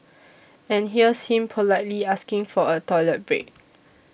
and here's him politely asking for a toilet break